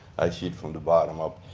i see it from the bottom up,